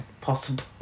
possible